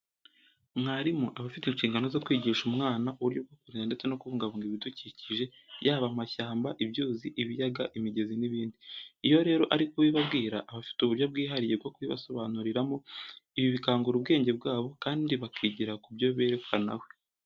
Mwarimu aba afite inshingano zo kwigisha umwana uburyo bwo kurinda ndetse no kubungabunga ibidukikije yaba amashyamba, ibyuzi, ibiyaga, imigezi n'ibindi. Iyo rero ari kubibabwira aba afite uburyo bwihariye bwo kubibasobanuriramo. Ibi bikangura ubwenge bwabo, kandi bakigira ku byo berekwa na we.